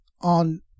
on